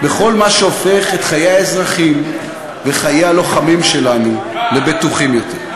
בכל מה שהופך את חיי האזרחים וחיי הלוחמים שלנו לבטוחים יותר.